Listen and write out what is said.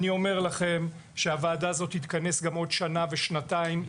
אני אומר לכם שהוועדה הזאת תתכנס גם עוד שנה ושנתיים,